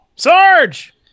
Sarge